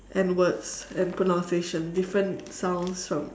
and words and pronunciation different sounds from